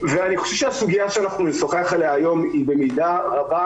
אני חושב שהסוגיה שנשוחח עליה היום היא במידה רבה